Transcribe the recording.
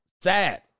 Sad